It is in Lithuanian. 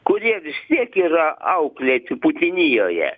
kurie vis tiek yra auklėti putinijoje